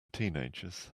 teenagers